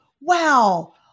Wow